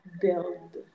build